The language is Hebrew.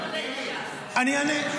--- אני אענה.